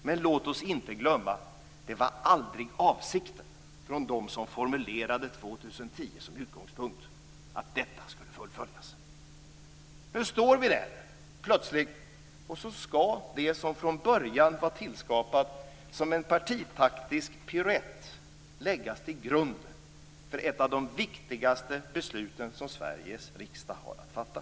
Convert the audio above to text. Men låt oss inte glömma detta: Det var aldrig avsikten hos dem som formulerade 2010 som utgångspunkt att detta skulle fullföljas. Nu står vi plötsligt där. Nu skall det som från början var tillskapat som en partitaktisk piruett läggas till grunden för ett av det viktigaste beslut som Sveriges riksdag har att fatta.